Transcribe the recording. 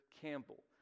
Campbell